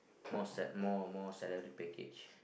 more sal~ more more salary package